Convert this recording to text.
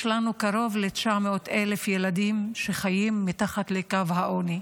יש לנו קרוב ל-900,000 ילדים שחיים מתחת לקו העוני.